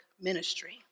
ministry